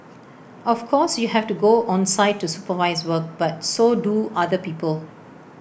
of course you have to go on site to supervise work but so do other people